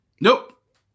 Nope